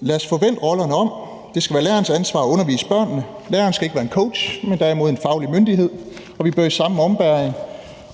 Lad os få vendt rollerne om. Det skal være lærerens ansvar at undervise børnene. Læreren skal ikke være en coach, men derimod en faglig myndighed. Og vi bør i samme ombæring